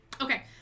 okay